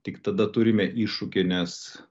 tik tada turime iššūkį nes